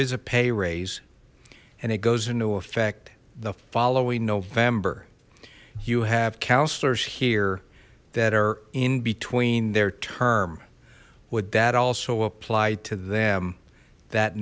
is a pay raise and it goes into effect the following november you have counselors here that are in between their term would that also apply to them that